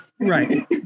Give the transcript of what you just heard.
Right